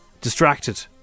distracted